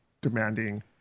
demanding